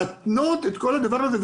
להתנות את כל הדבר הזה.